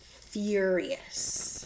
furious